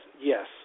Yes